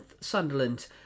Sunderland